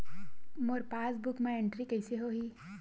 मोर passbook मा entry कइसे होही?